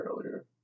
earlier